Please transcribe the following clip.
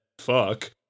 Fuck